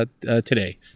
today